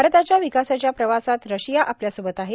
भारताच्या विकासाच्या प्रवासात रशिया आपल्यासोबत आहे